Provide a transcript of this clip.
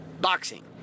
Boxing